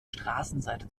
straßenseite